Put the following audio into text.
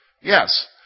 Yes